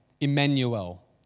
Emmanuel